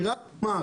אני רק אומר,